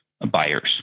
buyers